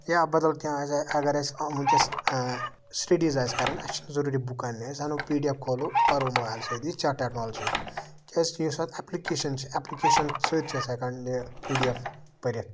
یا بدل کیٚنہہ اَگر اَسہِ وٕنکیٚس سِٹیڈیٖز کرٕنۍ آسہِ چھِ نہٕ ضروٗری بُکہٕ اَنٕنہِ أسۍ اَنو پی ڈی اٮ۪ف کھولو پَرو موبایِل سۭتی یہِ تہِ چھِ اکھ ٹٮ۪کنولجی کیاز کہِ یُس اَتھ اٮ۪پلِکیشَن چھِ اٮ۪پلِکیشَن سۭتۍ چھِ أسۍ ہٮ۪کان یہِ پے ڈی ایف پٔرِتھ